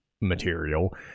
material